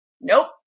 Nope